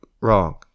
wrong